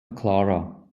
clara